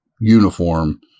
uniform